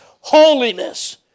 holiness